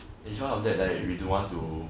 it's one of that that I don't want to